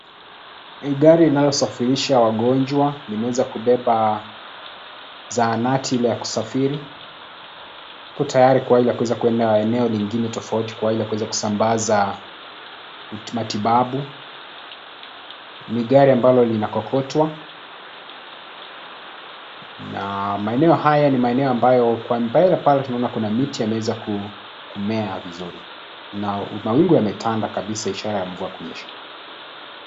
Ni gari linalo safirisha wagonjwa limeweza kubeba zahanati ile ya kusafiri ikiwa tayari kwenda eneo lingine tofauti kwa ajili ya kuweza kusambaza matibabu. Ni gari ambalo lina kokotwa. Na maeneo haya ni maeneo ambayo kwa mbali pale tunaona kuna miti imeweza kumea vizuri na mawingu imetanda kabisa ishara ya mvua kunyesha.